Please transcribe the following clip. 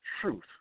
truth